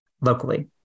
locally